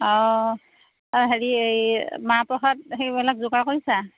অঁ এই হেৰি মাহ প্ৰসাদ সেইবিলাক যোগাৰ কৰিছা